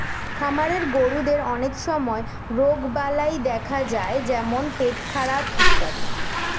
খামারের গরুদের অনেক সময় রোগবালাই দেখা যায় যেমন পেটখারাপ ইত্যাদি